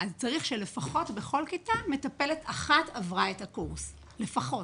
צריך לפחות מטפלת אחת שעברה את הקורס בכל כיתה.